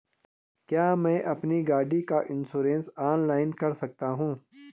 क्या मैं अपनी गाड़ी का इन्श्योरेंस ऑनलाइन कर सकता हूँ?